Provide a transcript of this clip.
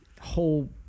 Whole